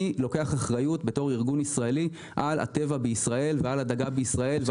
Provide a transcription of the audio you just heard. אני לוקח אחריות בתור ארגון ישראלי על הטבע בישראל ועל הדגה בישראל.